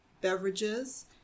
beverages